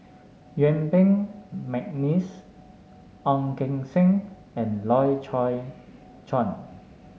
Yuen Peng McNeice Ong Keng Sen and Loy Chye Chuan